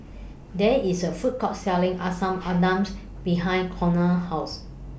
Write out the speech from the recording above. There IS A Food Court Selling Asam Pedas behind Conard's House